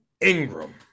Ingram